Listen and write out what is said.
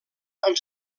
amb